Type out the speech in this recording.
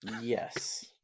Yes